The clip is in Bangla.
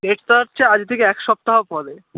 ডেটটা হচ্ছে আজ থেকে এক সপ্তাহ পরে